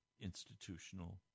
institutional